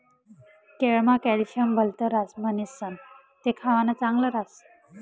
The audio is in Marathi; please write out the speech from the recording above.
केळमा कॅल्शियम भलत ह्रास म्हणीसण ते खावानं चांगल ह्रास